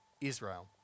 Israel